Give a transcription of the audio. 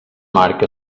marc